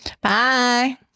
Bye